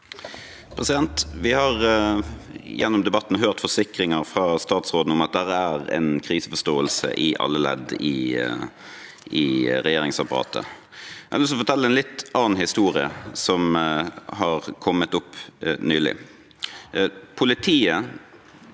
Vi har gjennom debat- ten hørt forsikringer fra statsråden om at det er en kriseforståelse i alle ledd i regjeringsapparatet. Jeg har lyst til å fortelle en litt annen historie som har kommet opp nylig. Politiet